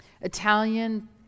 Italian